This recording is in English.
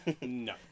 No